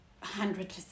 Hundred